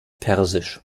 persisch